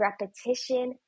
repetition